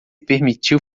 permitiu